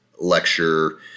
lecture